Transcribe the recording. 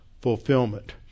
fulfillment